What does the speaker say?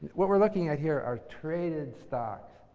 what we're looking at here are traded stocks.